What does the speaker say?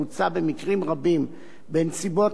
העולות כדי עבירה הקיימת כבר כיום,